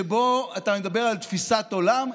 שבו אתה מדבר על תפיסת עולם.